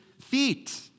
feet